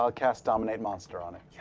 ah cast dominate monster on it,